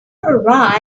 arrived